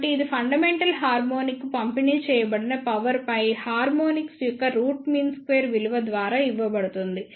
కాబట్టి ఇది ఫండమెంటల్ హార్మోనిక్కు పంపిణీ చేయబడిన పవర్ పై హార్మోనిక్స్ యొక్క రూట్ మీన్ స్క్వేర్ విలువ ద్వారా ఇవ్వబడుతుంది